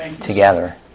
together